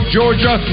Georgia